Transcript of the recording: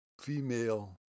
female